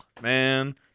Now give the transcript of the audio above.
man